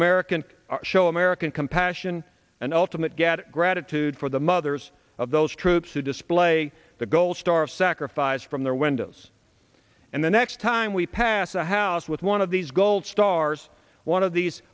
american show american compassion and ultimate get gratitude for the mothers of those troops who display the gold star of sacrifice from their windows and the next time we pass a house with one of these gold stars one of these